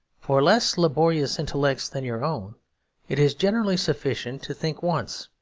for less laborious intellects than your own it is generally sufficient to think once.